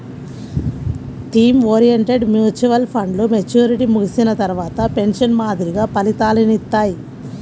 theme oriented mutual ఫండ్లు maturity ముగిసిన తర్వాత పెన్షన్ మాదిరిగా ఫలితాలనిత్తాయి